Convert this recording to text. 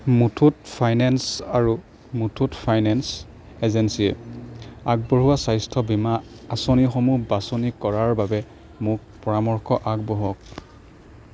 Muthoot finance আৰু Muthoot finance এজেঞ্চিয়ে আগবঢ়োৱা স্বাস্থ্য বীমা আঁচনিসমূহ বাছনি কৰাৰ বাবে মোক পৰামৰ্শ আগবঢ়াওক